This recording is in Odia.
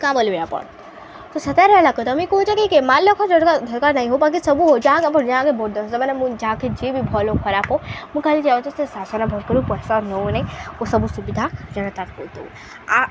କାଁ ବୋଲିବେ ଆପଣ ତ ସେଥିରଲାଗି ହେଲା ତୁମେ କହୁଛ କି ମାଲ ଲକ୍ଷର ଦରକାର ନାଇଁ ହଉ ବାକ ସବୁ ହଉ ଯାହା ଯାହାକେ ଭୋଟ୍ ଦିଅ ତ ମାନେ ମୁଁ ଯାହାକେ ଯି ବି ଭଲ ଖରାପ ହଉ ମୁଁ ଖାଲି ଚାହୁଁଛେ ସେ ଶାସନ ଭଲ୍ କରୁ ପଇସା ନଉନାହିଁ ଓ ସବୁ ସୁବିଧା ଜନତାକେ କରିଦେଉ ଆ